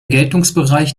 geltungsbereich